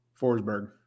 Forsberg